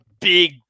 big